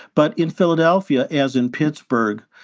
but in philadelphia, as in pittsburgh,